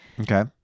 Okay